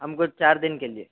हमको चार दिन के लिए